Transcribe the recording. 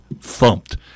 thumped